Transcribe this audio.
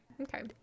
Okay